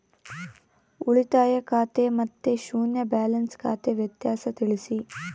ಉಳಿತಾಯ ಖಾತೆ ಮತ್ತೆ ಶೂನ್ಯ ಬ್ಯಾಲೆನ್ಸ್ ಖಾತೆ ವ್ಯತ್ಯಾಸ ತಿಳಿಸಿ?